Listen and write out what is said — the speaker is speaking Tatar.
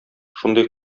шундый